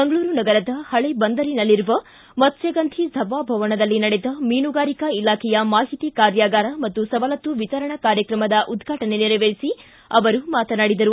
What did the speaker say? ಮಂಗಳೂರು ನಗರದ ಹಳೆ ಬಂದರಿನಲ್ಲಿರುವ ಮತ್ತ್ವಗಂಧಿ ಸಭಾಭವನದಲ್ಲಿ ನಡೆದ ಮೀನುಗಾರಿಕಾ ಇಲಾಖೆಯ ಮಾಹಿತಿ ಕಾರ್ಯಗಾರ ಹಾಗೂ ಸವಲತ್ತು ವಿತರಣಾ ಕಾರ್ಯಕ್ರಮದ ಉದ್ವಾಟನೆ ನೇರವೇರಿಸಿ ಅವರು ಮಾತಾನಾಡಿದರು